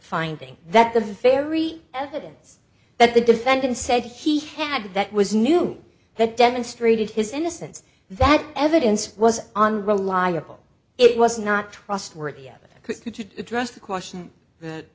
finding that the very evidence that the defendant said he had that was new that demonstrated his innocence that evidence was on reliable it was not trustworthy to address the question